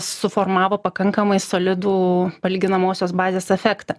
suformavo pakankamai solidų palyginamosios bazės efektą